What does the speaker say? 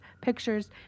pictures